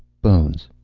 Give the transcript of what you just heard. bones.